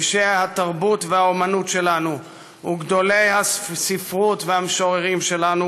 אישי התרבות והאמנות שלנו וגדולי הסופרים והמשוררים שלנו,